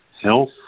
health